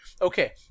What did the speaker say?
Okay